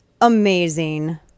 amazing